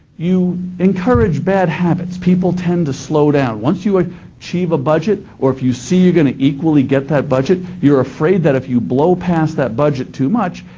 you encourage bad habits. people tend to slow down. once you ah achieve a budget or if you see you're going to equally get that budget, you're afraid that if you blow past that budget too much,